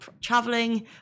traveling